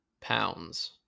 pounds